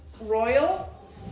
royal